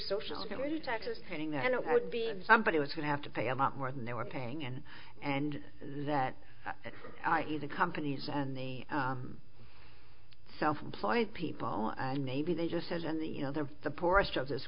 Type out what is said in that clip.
social security taxes during that and it would be somebody was going to have to pay a lot more than they were paying and and that the the companies and the self employed people and maybe they just as in the you know they're the poorest of this